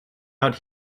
out